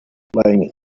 flying